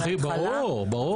ברור, ברור.